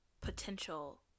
potential